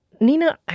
Nina